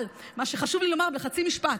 אבל מה שחשוב לי לומר בחצי משפט,